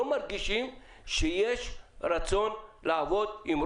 הוא משהו שעלה בפני הוועדה ואנחנו הערנו את זה בתיקון מס'